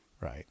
Right